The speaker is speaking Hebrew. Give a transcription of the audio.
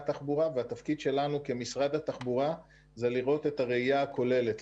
התחבורה והתפקיד שלנו כמשרד התחבורה הוא לראות את הראייה הכוללת,